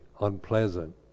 unpleasant